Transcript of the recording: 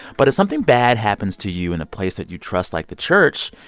but if something bad happens to you in a place that you trust, like the church,